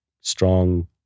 strong